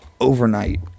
overnight